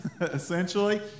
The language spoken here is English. essentially